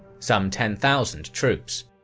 some ten thousand troops.